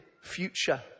future